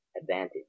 advantage